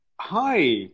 Hi